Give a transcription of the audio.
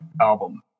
album